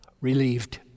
relieved